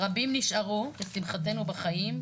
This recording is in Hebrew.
רבים נשארו לשמחתנו בחיים,